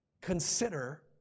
consider